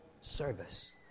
service